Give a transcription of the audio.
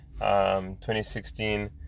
2016